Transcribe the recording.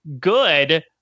good